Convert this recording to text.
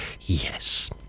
Yes